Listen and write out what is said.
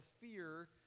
fear